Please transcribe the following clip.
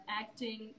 acting